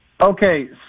Okay